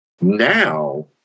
now